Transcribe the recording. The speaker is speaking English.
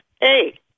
hey